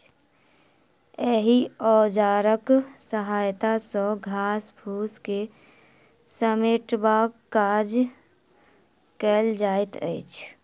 एहि औजारक सहायता सॅ घास फूस के समेटबाक काज कयल जाइत अछि